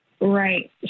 Right